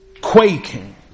quaking